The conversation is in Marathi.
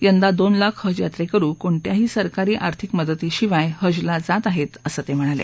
यंदा दोन लाख हज यात्रे करु कोणत्याही सरकारी आर्थिक मदतीशिवाय हज ला जात आहेत असंही ते म्हणाले